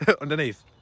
Underneath